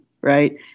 Right